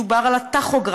דובר על הטכוגרף,